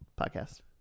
podcast